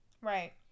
Right